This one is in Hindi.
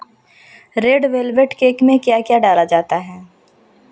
रेड वेलवेट केक में क्या क्या डाला जाता है